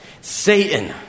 Satan